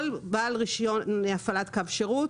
כל בעל רישיון להפעלת קו שירות,